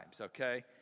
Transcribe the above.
okay